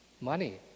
money